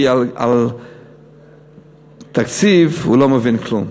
כי בתקציב הוא לא מבין כלום.